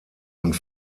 und